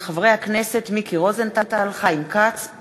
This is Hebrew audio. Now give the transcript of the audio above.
מאת חברי הכנסת שמעון אוחיון,